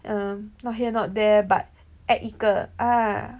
err not here not there but act 一个